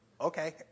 Okay